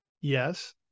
yes